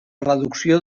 reducció